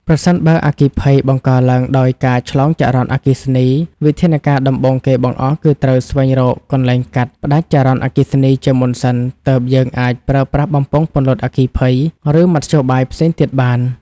ប្រសិនបើអគ្គីភ័យបង្កឡើងដោយការឆ្លងចរន្តអគ្គិសនី វិធានការដំបូងគេបង្អស់គឺត្រូវស្វែងរកកន្លែងកាត់ផ្ដាច់ចរន្តអគ្គិសនីជាមុនសិន ទើបយើងអាចប្រើប្រាស់បំពង់ពន្លត់អគ្គីភ័យ ឬមធ្យោបាយផ្សេងទៀតបាន។